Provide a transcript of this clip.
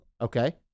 Okay